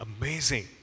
amazing